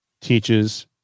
teaches